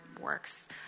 works